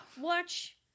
Watch